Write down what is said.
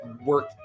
work